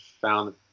found